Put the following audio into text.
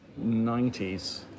90s